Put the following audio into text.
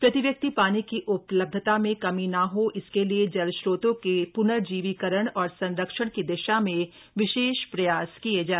प्रति व्यक्ति पानी की उपलब्धता में कमी न हो इसके लिए जल स्रोतों के पनर्जीवीकरण और संरक्षण की दिशा में विशेष प्रयास किये जाए